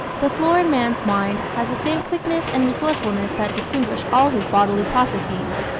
the florid man's mind has the same quickness and resourcefulness that distinguish all his bodily processes.